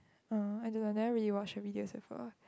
oh I don't know that really watch the videos before